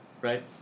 right